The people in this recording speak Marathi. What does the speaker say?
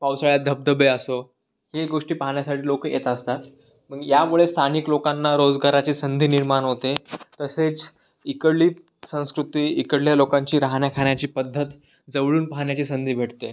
पावसाळ्यात धबधबे असो हे गोष्टी पाहण्यासाठी लोकं येत असतात पण यामुळे स्थानिक लोकांना रोजगाराची संधी निर्माण होते तसेच इकडली संस्कृती इकडल्या लोकांची राहण्या खाण्याची पद्धत जवळून पहाण्याची संधी भेटते